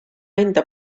enda